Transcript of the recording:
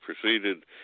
proceeded